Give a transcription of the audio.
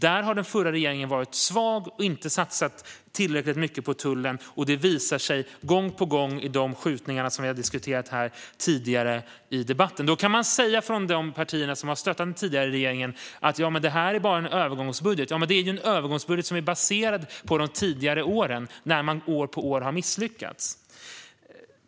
Där har den förra regeringen varit svag och inte satsat tillräckligt mycket på tullen, vilket gång på gång visar sig i de skjutningar som vi har diskuterat tidigare i debatten. De partier som har stöttat den förra regeringen säger då att det här bara är en övergångsbudget. Ja, men det är en övergångsbudget som är baserad på de tidigare åren när man år efter år har misslyckats.